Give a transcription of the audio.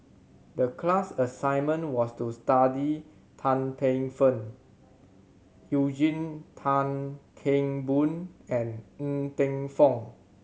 the class assignment was to study Tan Paey Fern Eugene Tan Kheng Boon and Ng Teng Fong